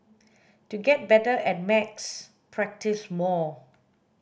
to get better at maths practise more